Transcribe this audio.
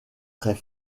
très